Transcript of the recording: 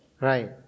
Right